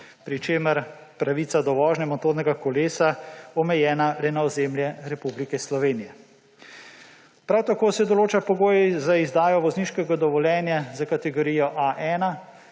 pri čemer je pravica do vožnje motornega kolesa omejena le na ozemlje Republike Slovenije. Prav tako se določajo pogoji za izdajo vozniškega dovoljenja za kategorijo A1